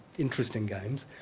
interesting games,